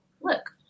look